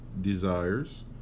desires